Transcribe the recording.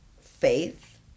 faith